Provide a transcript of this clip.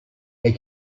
der